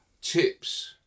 tips